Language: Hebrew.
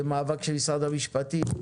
זה מאבק של משרד המשפטים,